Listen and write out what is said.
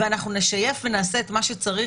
ואנחנו נשייף ונעשה את מה שצריך,